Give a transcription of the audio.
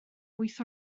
wyth